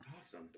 Awesome